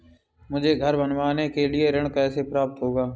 मुझे घर बनवाने के लिए ऋण कैसे प्राप्त होगा?